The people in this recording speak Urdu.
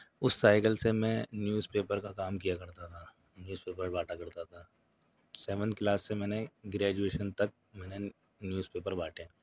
اس سائیکل سے میں نیوز پیپر کا کام کیا کرتا تھا نیوز پیپر بانٹا کرتا تھا سیونتھ کلاس سے میں نے گریجویشن تک میں نے نیوز پیپر بانٹے